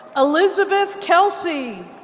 elizabeth kelsey.